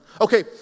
Okay